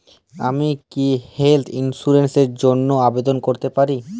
আমি কি health insurance র জন্য আবেদন করতে পারি?